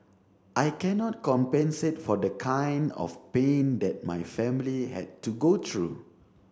I cannot compensate for the kind of pain that my family had to go through